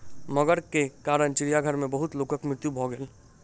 मगर के कारण चिड़ियाघर में बहुत लोकक मृत्यु भ गेल